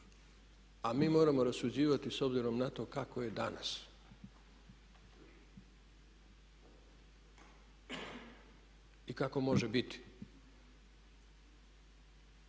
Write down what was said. a mi moramo rasuđivati s obzirom na to kako je danas i kako može biti.